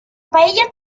paella